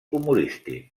humorístic